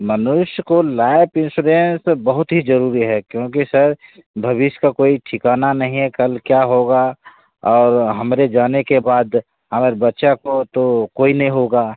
मनुष्य को life insurance sir बहुत ही जरूरी है क्योंकि सर भविष्य का कोई ठिकाना नहीं है कल क्या होगा और हमरे जाने के बाद हमारे बच्चा को तो कोई नहीं होगा